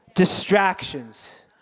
distractions